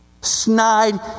Snide